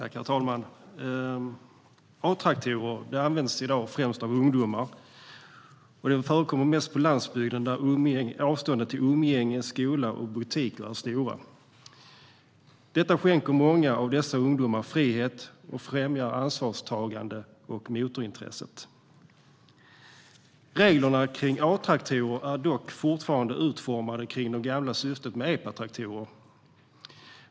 Herr talman! A-traktorer används i dag främst av ungdomar, mest på landsbygden, där avstånden till umgänge, skola och butiker är stora. Detta skänker många av dessa ungdomar frihet och främjar ansvarstagande och motorintresse. Reglerna kring A-traktorer är dock fortfarande utformade kring det gamla syftet med EPA-traktorerna.